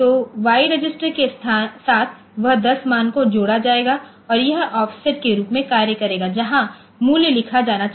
तो Y register के साथ यह 10 मान को जोड़ा जायेगा और यह ऑफसेट के रूप में कार्य करेगा जहां मूल्य लिखा जाना चाहिए